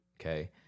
Okay